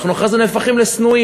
אנחנו אחרי זה נהפכים לשנואים.